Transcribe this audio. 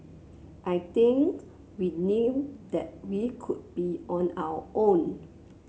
I think we knew that we could be on our own